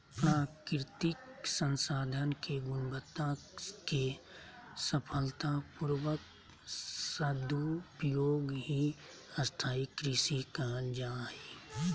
प्राकृतिक संसाधन के गुणवत्ता के सफलता पूर्वक सदुपयोग ही स्थाई कृषि कहल जा हई